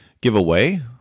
giveaway